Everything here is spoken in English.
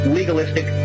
legalistic